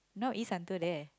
no it's until there